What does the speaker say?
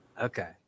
okay